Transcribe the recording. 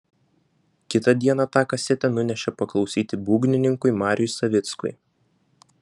kitą dieną tą kasetę nunešė paklausyti būgnininkui mariui savickui